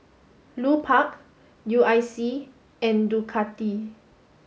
Lupark U I C and Ducati